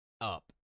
up